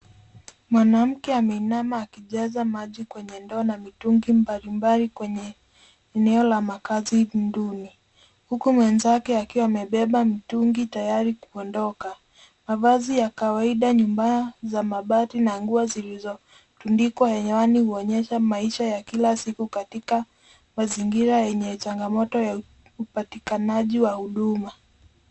Mwanamke ameinama akijaza maji kwenye ndoo na mitungi mbalimbali kwenye eneo la makazi duni huku mwenzake akiwa amebeba mitungi tayari kuondoka. Mavazi ya kawaida, nyumba za mabati na nguo zilizotundikwa hewani huonyesha maisha ya kila siku katika mazingira yenye changamoto ya upatikanaji wa huduma.